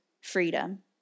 freedom